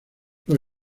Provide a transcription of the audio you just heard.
los